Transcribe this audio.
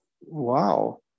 wow